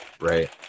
right